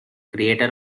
creator